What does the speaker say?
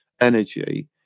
energy